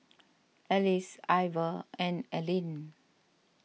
Alyse Ivor and Alene